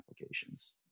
applications